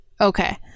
okay